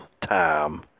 time